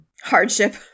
Hardship